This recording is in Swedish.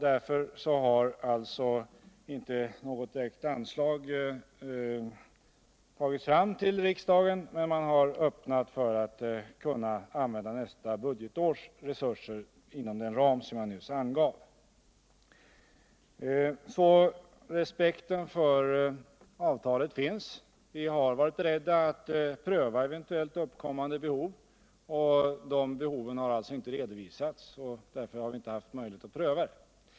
Därför har inte något direkt anslagsäskande lagts fram inför riksdagen. utan man har hållit öppet för att kunna använda nästa budgetårs resurser inom den ram jag nyss angav. Respekten för avtalet finns alltså. Vi har varit boredda att pröva eventuellt uppkommande behov, men eftersom dessa behov inte redovisats har vi inte haft möjlighet att pröva dem.